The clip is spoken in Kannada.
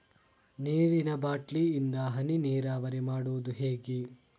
ನೀರಿನಾ ಬಾಟ್ಲಿ ಇಂದ ಹನಿ ನೀರಾವರಿ ಮಾಡುದು ಹೇಗೆ?